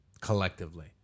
Collectively